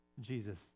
Jesus